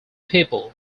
people